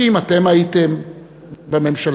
שאם אתם הייתם בממשלה,